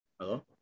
Hello